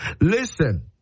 Listen